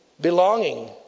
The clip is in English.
Belonging